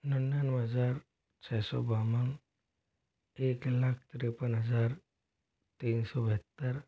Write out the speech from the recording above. निन्यानबे हजार छः सौ बावन एक लाख तिरपन हजार तीन सौ बहत्तर